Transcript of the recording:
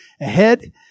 ahead